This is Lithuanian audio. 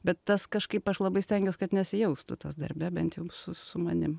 bet tas kažkaip aš labai stengiuos kad nesijaustų tas darbe bent jau su su manim